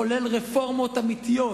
לחולל רפורמות אמיתיות.